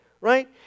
right